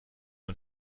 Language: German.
und